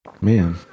Man